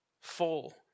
full